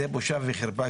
זאת בושה וחרפה,